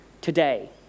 today